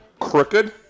crooked